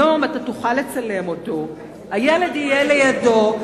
היום אתה תוכל לצלם אותו גם אם הילד יהיה לידו,